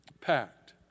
Packed